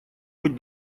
быть